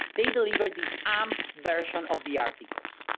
they deliver the amp version of the articles,